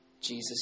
Jesus